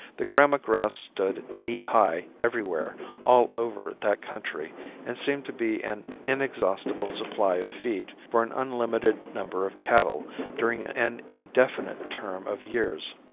the gramma grass stood knee high everywhere all over that country and seemed to be an inexhaustible supply of feed for an unlimited number of cattle during an indefinite term of years.